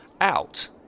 out